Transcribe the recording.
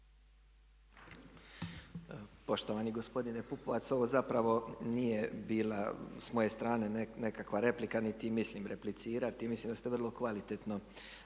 Poštovani gospodine Pupovac, ovo zapravo nije bila s moje strane nekakva replika niti mislim replicirati. Mislim da ste vrlo kvalitetno